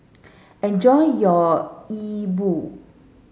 enjoy your Yi Bua